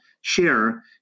share